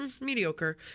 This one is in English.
mediocre